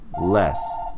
less